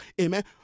amen